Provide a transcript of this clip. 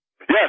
Yes